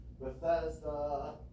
Bethesda